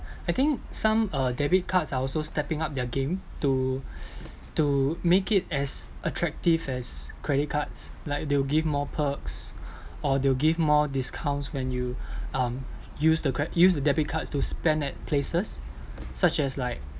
I think some uh debit cards are also stepping up their game to to make it as attractive as credit cards like they'll give more perks or they'll give more discounts when you um use the cre~ use the debit cards to spend at places such as like